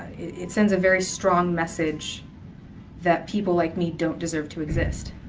it sends a very strong message that people like me don't deserve to exist.